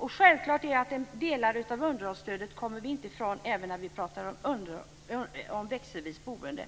Självklart kommer vi inte ifrån vissa delar av underhållsstödet även om vi talar om växelvis boende.